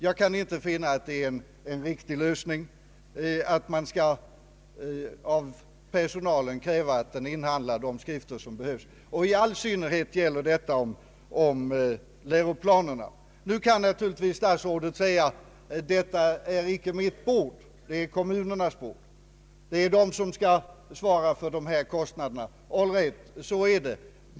Jag kan inte anse att det är en riktig lösning att man kräver av personalen att den inhandlar de skrifter som behövs. I all synnerhet gäller detta om läroplanerna. Nu kan naturligtvis statsrådet säga: ”Detta är inte mitt bord, det är kommunernas bord, det är kommunerna som skall svara för dessa kostnader.” All right, det är så.